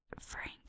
Frank